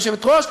היושבת-ראש,